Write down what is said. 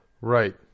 Right